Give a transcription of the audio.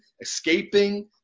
escaping